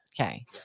Okay